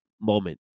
moment